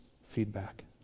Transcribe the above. feedback